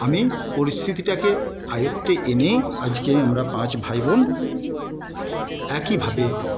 আমি পরিস্থিতিটাকে আয়ত্তে এনে আজকে আমরা পাঁচ ভাইবোন একইভাবে